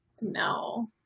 No